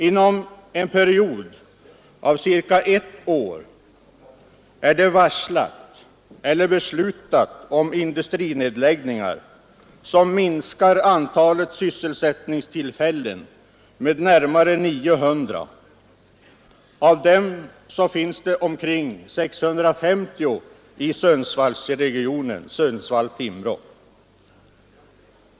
Inom en period av cirka ett år är det varslat eller beslutat om industrinedläggningar som minskar antalet sysselsättningstillfällen med närmare 900. Av dem finns omkring 650 i Sundsvall-Timråregionen.